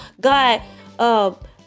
God